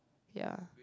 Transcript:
ya